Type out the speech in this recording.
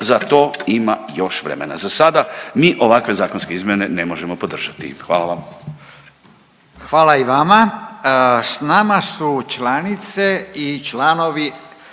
za to ima još vremena, zasada mi ovakve zakonske izmjene ne možemo podržati, hvala vam. **Radin, Furio (Nezavisni)** Hvala i vama. S nama su članice i članovi